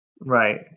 Right